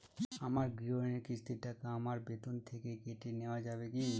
আমার গৃহঋণের কিস্তির টাকা আমার বেতন থেকে কেটে নেওয়া যাবে কি?